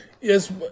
Yes